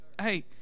Hey